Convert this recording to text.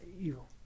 evil